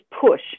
push